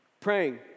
praying